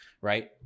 right